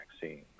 vaccine